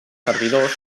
servidors